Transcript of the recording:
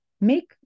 make